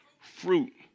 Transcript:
fruit